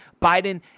Biden